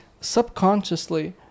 subconsciously